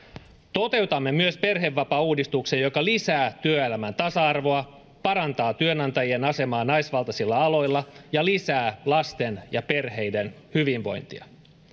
toteutamme myös perhevapaauudistuksen joka lisää työelämän tasa arvoa parantaa työnantajien asemaa naisvaltaisilla aloilla ja lisää lasten ja perheiden hyvinvointia